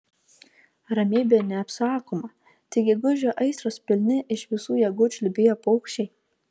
ramybė neapsakoma tik gegužio aistros pilni iš visų jėgų čiulbėjo paukščiai